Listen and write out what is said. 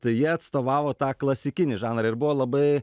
tai jie atstovavo tą klasikinį žanrą ir buvo labai